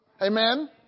Amen